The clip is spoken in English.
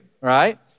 right